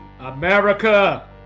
America